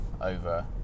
over